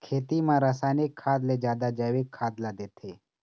खेती म रसायनिक खाद ले जादा जैविक खाद ला देथे